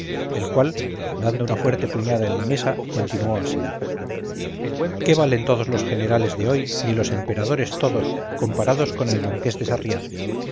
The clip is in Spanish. el cual dando una fuerte puñada en la mesa continuó así qué valen todos los generales de hoy ni los emperadores todos comparados con el marqués de sarriá